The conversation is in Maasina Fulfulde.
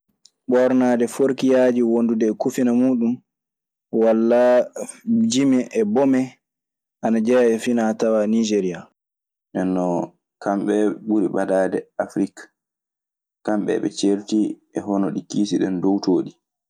Ɓornade forokiyaji e kufina mun, wala jimi e ɓomee anajea e fina tawa Nanjeria. Nden non kamɓe ɓurɓe ɓadaade Afrik. Kamɓe eɓe ceerti e hono ɗi kiisi ɗen dowtoo ɗii.